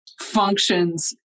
functions